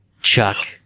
Chuck